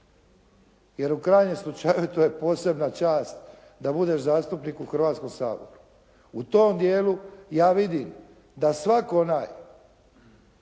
jer u krajnjem slučaju to je posebna čast da budeš zastupnik u Hrvatskom saboru. U tom dijelu ja vidim da svak onaj